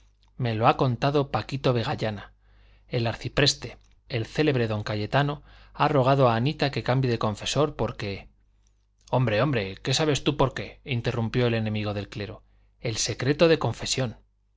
me lo ha contado paquito vegallana el arcipreste el célebre don cayetano ha rogado a anita que cambie de confesor porque hombre hombre qué sabes tú por qué interrumpió el enemigo del clero el secreto de la confesión